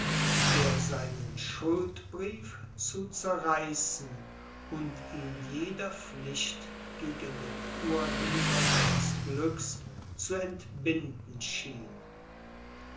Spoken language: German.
der seinen schuldbrief zu zerreißen und ihn jeder pflicht gegen den urheber seines glücks zu entbinden schien